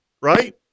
right